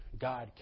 God